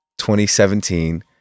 2017